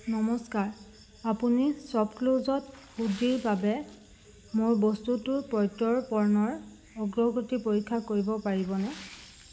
নমস্কাৰ আপুনি শ্বপক্লুজত হুডিৰ বাবে মোৰ বস্তুটোৰ প্ৰত্যৰ্পণৰ অগ্ৰগতি পৰীক্ষা কৰিব পাৰিবনে